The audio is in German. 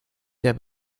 der